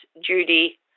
Judy